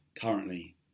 currently